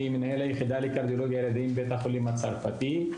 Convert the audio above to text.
אני מנהל היחידה לקרדיולוגיה ילדים בבית החולים הצרפתי,